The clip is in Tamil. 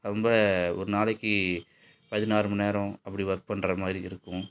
ரொம்ப ஒரு நாளைக்கு பதினாறு மணிநேரம் அப்படி ஒர்க் பண்ணுற மாதிரி இருக்கும்